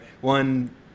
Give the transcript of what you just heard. One